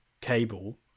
cable